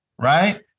right